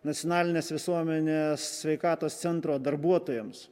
nacionalinės visuomenės sveikatos centro darbuotojams